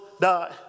die